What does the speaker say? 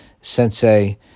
sensei